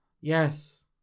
yes